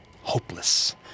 hopeless